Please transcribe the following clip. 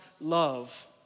love